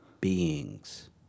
beings